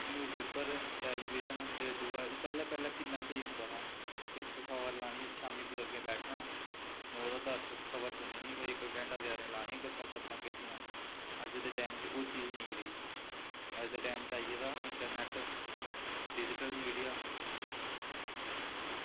news paper television रेडूआ पैह्लें पैह्लें किन्ना स्हेई होंदा हा इक खबर लानी ते शाम्मी बजुर्गैं बैठना नौ तो दस खबर सुननी कोई इक घैंटा बचेरें लानियां गप्पां शप्पां किट्ठियां अज्ज दे टैम च ओह् चीज़ नेईं रेही अज्ज दे टैम च आई गेदा इंट्रनैट डिजिटल मीडिया